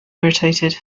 irritated